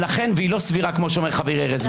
והיא לא סבירה, כמו שאומר חברי ארז.